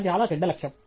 అది చాలా చెడ్డ లక్ష్యం